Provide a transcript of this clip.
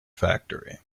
factory